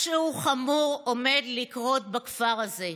משהו חמור עומד לקרות בכפר הזה.